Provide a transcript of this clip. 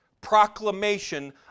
proclamation